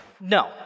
No